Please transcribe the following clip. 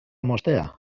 moztea